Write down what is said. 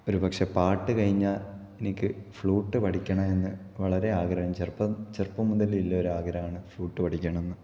ഒരുപക്ഷെ പാട്ടു കഴിഞ്ഞാൽ എനിക്ക് ഫ്ലുട്ട് പഠിക്കണമെന്ന് വളരെ ആഗ്രഹം ചെറുപ്പം ചെറുപ്പം മുതൽ ഉള്ള ഒരാഗ്രഹമാണ് ഫ്ലുട്ട് പഠിക്കണമെന്ന്